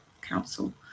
Council